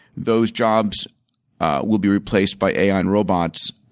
those jobs will be replaced by ai and robots,